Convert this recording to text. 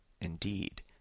Indeed